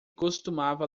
costumava